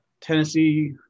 Tennessee